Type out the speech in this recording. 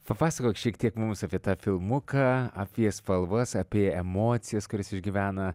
papasakok šiek tiek mums apie tą filmuką apie spalvas apie emocijas kurias išgyvena